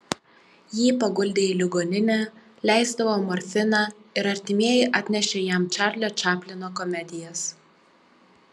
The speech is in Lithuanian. jį paguldė į ligoninę leisdavo morfiną ir artimieji atnešė jam čarlio čaplino komedijas